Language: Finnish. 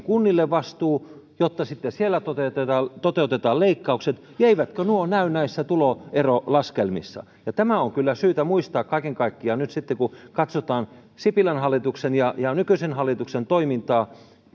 vastuu kunnille jotta sitten siellä toteutetaan toteutetaan leikkaukset ja eivätkö nuo näy näissä tuloerolaskelmissa tämä on kyllä syytä muistaa kaiken kaikkiaan nyt kun katsotaan sipilän hallituksen ja ja nykyisen hallituksen toimintaa